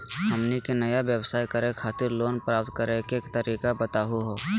हमनी के नया व्यवसाय करै खातिर लोन प्राप्त करै के तरीका बताहु हो?